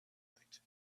night